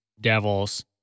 Devils